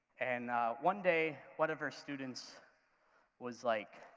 and one day one of her students was like